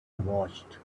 watched